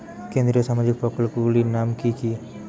কেন্দ্রীয় সামাজিক প্রকল্পগুলি নাম কি কি?